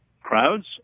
crowds